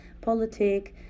politics